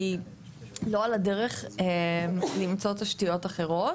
היא לא על הדרך למצוא תשתיות אחרות.